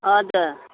हजुर